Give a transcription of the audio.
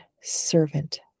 servant